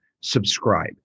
subscribe